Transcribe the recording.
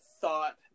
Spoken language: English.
thought